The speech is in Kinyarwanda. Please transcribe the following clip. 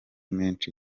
menshi